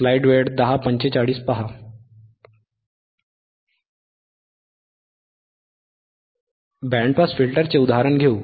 band pass फिल्टरचे उदाहरण घेऊ